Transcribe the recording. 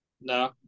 No